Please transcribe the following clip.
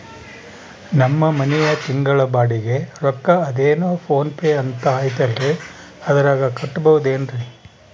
ನಮ್ಮ ಮನೆಯ ತಿಂಗಳ ಬಾಡಿಗೆ ರೊಕ್ಕ ಅದೇನೋ ಪೋನ್ ಪೇ ಅಂತಾ ಐತಲ್ರೇ ಅದರಾಗ ಕಟ್ಟಬಹುದೇನ್ರಿ?